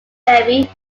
levy